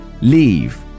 leave